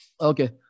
Okay